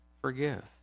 forgive